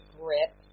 grip